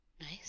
Nice